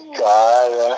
god